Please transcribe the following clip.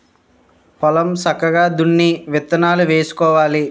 పొలం సక్కగా దున్ని విత్తనాలు వేసుకోవాలి